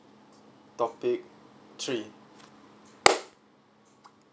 topic three